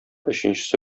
өченчесе